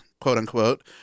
quote-unquote